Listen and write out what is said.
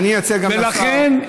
נכון.